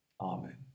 Amen